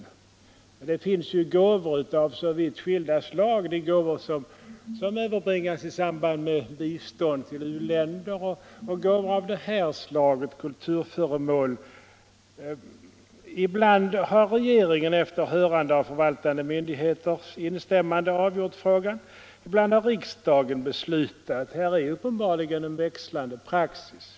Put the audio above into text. Det finns ju gåvor av så vitt skilda slag, gåvor som överbringas i samband med bistånd till u-länder och gåvor i form av, som i det här fallet, kulturföremål. Ibland har regeringen efter hörande av förvaltande myndigheter avgjort frågan, ibland har riksdagen beslutat. Här är uppenbarligen en växlande praxis.